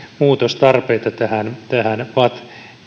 muutostarpeita tähän tähän vat